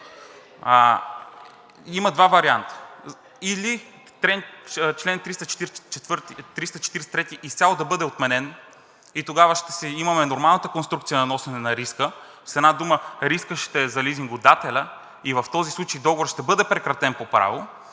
Има два варианта – или чл. 343 изцяло да бъде отменен и тогава ще имаме нормалната конструкция на носене на риска, с една дума рискът ще е за лизингодателя и в този случай договорът ще бъде прекратен по право,